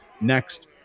next